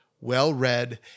well-read